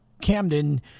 Camden